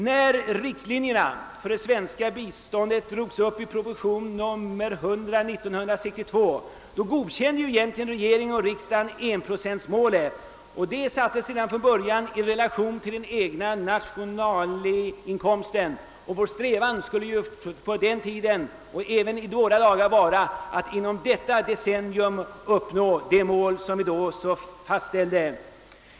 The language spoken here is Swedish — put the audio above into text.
När riktlinjerna för det svenska biståndet drogs upp i proposition nr 100 år 1962 godkände ju egentligen reged3&x — Andra kammarens protokoll 1968 ringen och riksdagen enprocentmålet, och det sattes redan från början i relation till den egna nationalinkomsten. Vår strävan skulle på den tiden Hlksom även nu vara att inom detta decennium uppnå det mål som då fastställdes.